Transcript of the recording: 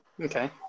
Okay